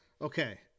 Okay